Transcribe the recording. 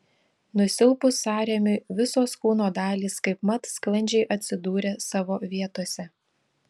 nusilpus sąrėmiui visos kūno dalys kaipmat sklandžiai atsidūrė savo vietose